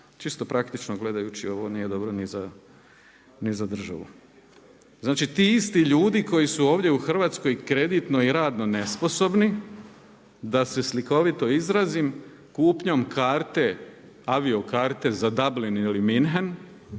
čisto praktično gledajući ovo nije dobro ni za državu. Znači ti isti ljudi koji su ovdje u Hrvatskoj kreditno i radno nesposobni, da se slikovito izrazim, kupnjom karte, avio karte za Dublin ili München